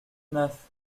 neuf